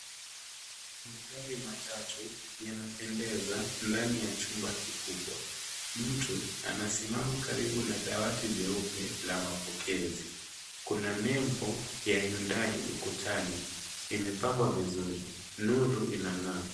Magari matatu yanapendeza ndani ya jumba kikubwa mtu anasimama karibu na dawati vyeupe la mapokezi, kuna nebo ya Yundai ukutani imepambwa vizuri nuru inangaa.